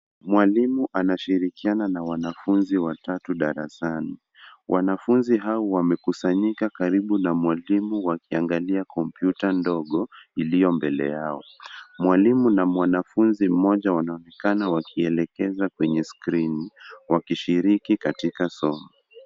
Mwalimu anashirikiana na wanafunzi watatu darasani wanafunzi hao wamekusanyika karibu na mwalimu wakiangalia kompyuta ndogo iliyo mbele yao mwalimu na mwanafunzi mmoja wanonekana wakielekeza kwenye [srini] wakishiriki katika somo